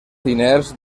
diners